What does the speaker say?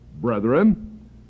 brethren